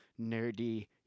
nerdy